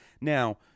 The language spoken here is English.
Now